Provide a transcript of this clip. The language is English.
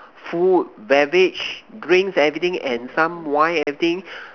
food beverage drinks everything and some wine everything